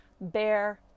bear